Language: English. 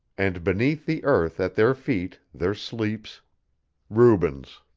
and beneath the earth at their feet there sleeps rubens.